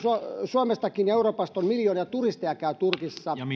suomesta ja euroopasta miljoonia turisteja käy turkissa